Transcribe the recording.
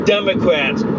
Democrats